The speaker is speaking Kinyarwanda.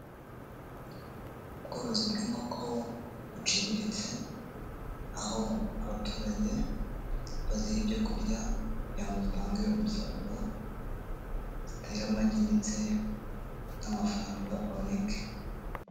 Ubworozi bw'inkoko buciriritse, aho abaturage baziha ibyo kurya kugira ngo zitange umusaruro, zitere amagi ndetse n'amafaranga aboneke.